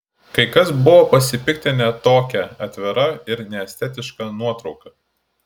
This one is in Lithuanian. kai kas buvo pasipiktinę tokia atvira ir neestetiška nuotrauka